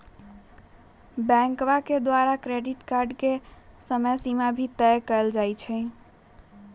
बैंकवा के द्वारा क्रेडिट कार्ड के समयसीमा भी तय कइल जाहई